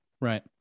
right